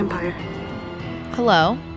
Hello